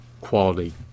quality